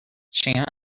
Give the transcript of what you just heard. chant